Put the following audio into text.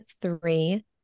three